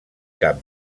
cap